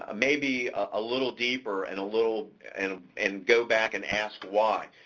ah maybe a little deeper and a little, and and go back and ask why.